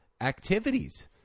activities